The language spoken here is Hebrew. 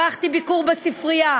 ערכתי ביקור בספרייה,